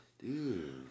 Dude